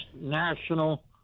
national